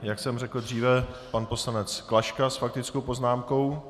Jak jsem řekl dříve, pan poslanec Klaška s faktickou poznámkou.